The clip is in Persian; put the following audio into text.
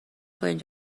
کنید